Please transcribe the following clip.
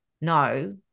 No